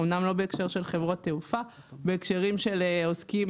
אמנם לא בהקשר של חברות תעופה אלא בהקשרים של עסוקים